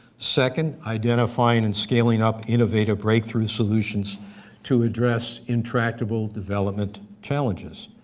second, identifying and scaling up innovative breakthrough solutions to address intractable development challenges.